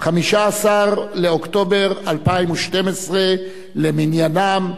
15 באוקטובר 2012 למניינם,